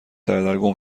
سردرگم